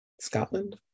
Scotland